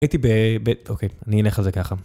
הייתי ב... ב... אוקיי, אני אלך על זה ככה.